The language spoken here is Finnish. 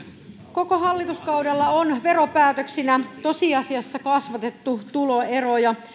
koko hallituskaudella on veropäätöksinä tosiasiassa kasvatettu tuloeroja